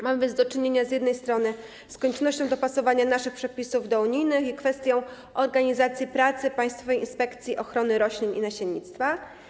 Mamy więc do czynienia z jednej strony z koniecznością dopasowania naszych przepisów do przepisów unijnych, a z drugiej - z kwestią organizacji pracy Państwowej Inspekcji Ochrony Roślin i Nasiennictwa.